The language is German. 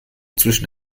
zwischen